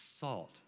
salt